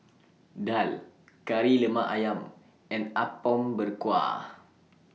Daal Kari Lemak Ayam and Apom Berkuah